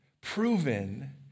proven